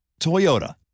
Toyota